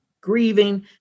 grieving